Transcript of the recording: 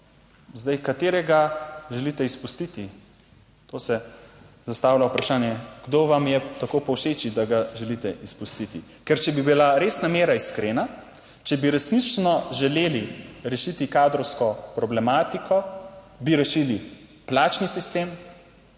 Zdaj, katerega želite izpustiti? To se zastavlja vprašanje, kdo vam je tako povšeči, da ga želite izpustiti? Ker če bi bila res namera iskrena, če bi resnično želeli rešiti kadrovsko problematiko, bi rešili plačni sistem,